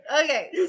Okay